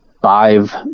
five